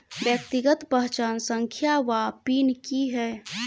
व्यक्तिगत पहचान संख्या वा पिन की है?